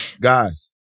Guys